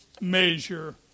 measure